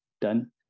done